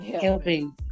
helping